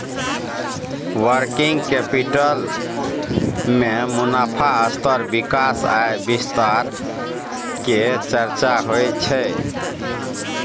working capital में मुनाफ़ा स्तर विकास आ विस्तार के चर्चा होइ छइ